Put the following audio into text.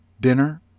dinner